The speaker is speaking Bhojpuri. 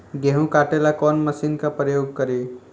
गेहूं काटे ला कवन मशीन का प्रयोग करी?